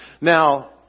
Now